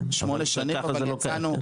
כן, ככה זה לוקח.